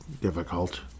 difficult